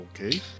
okay